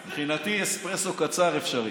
מבחינתי, אספרסו קצר אפשרי.